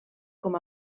com